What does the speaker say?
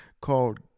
called